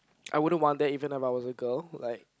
I wouldn't want that even if I was a girl like